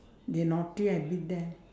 they naughty I beat them